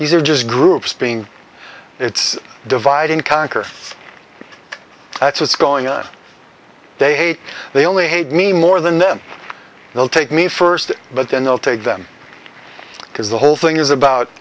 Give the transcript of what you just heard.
these are just groups being it's divide and conquer that's what's going on they hate they only hate me more than them they'll take me first but then they'll take them because the whole thing is about